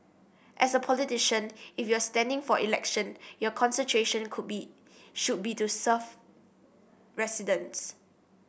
as a politician if you are standing for election your concentration could be should be to serve residents